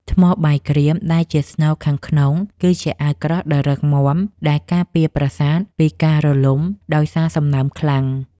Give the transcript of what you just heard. ថ្មបាយក្រៀមដែលជាស្នូលខាងក្នុងគឺជាអាវក្រោះដ៏រឹងមាំដែលការពារប្រាសាទពីការរលំដោយសារសំណើមខ្លាំង។